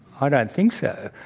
i don't think so.